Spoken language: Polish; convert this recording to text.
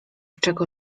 czego